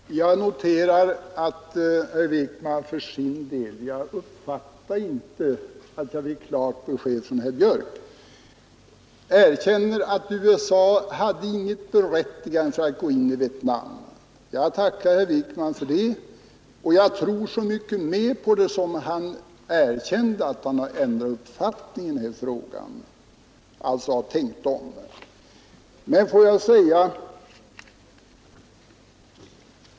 Herr talman! Jag noterar att herr Wijkman för sin del, jag uppfattade inte att jag fick klart besked från herr Björck — erkänner att USA inte hade något berättigande att gå in i Vietnam. Jag tackar herr Wijkman för det och jag tror så mycket mer på det som han erkände att han ändrat uppfattning i den här frågan — att han har tänkt om, ifall jag så får säga.